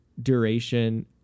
Duration